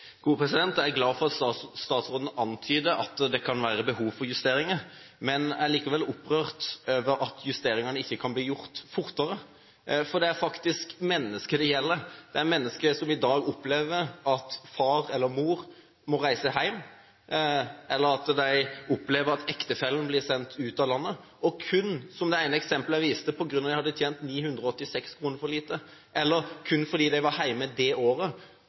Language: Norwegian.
Jeg er glad for at statsråden antydet at det kan være behov for justeringer, men jeg er likevel opprørt over at justeringene ikke kan bli gjort fortere. For det er faktisk mennesker det gjelder, det er mennesker som i dag opplever at far eller mor må reise hjem, eller at ektefellen blir sendt ut av landet, kun fordi – som eksemplene viser – én hadde tjent 986 kr for lite og én var hjemme det ene året.